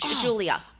Julia